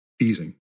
easing